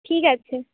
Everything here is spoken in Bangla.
ঠিক আছে